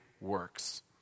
works